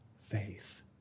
faith